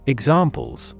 Examples